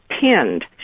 pinned